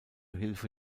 hilfe